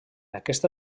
aquesta